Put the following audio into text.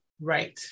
Right